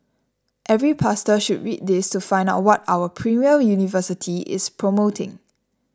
every pastor should read this to find out what our premier university is promoting